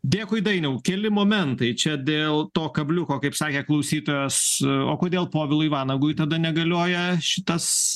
dėkui dainiau keli momentai čia dėl to kabliuko kaip sakė klausytojas o kodėl povilui vanagui tada negalioja šitas